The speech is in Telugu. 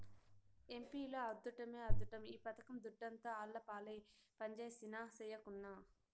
ఎంపీల అద్దుట్టమే అద్దుట్టం ఈ పథకం దుడ్డంతా ఆళ్లపాలే పంజేసినా, సెయ్యకున్నా